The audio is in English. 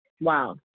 Wow